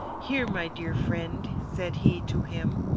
here, my dear friend, said he to him,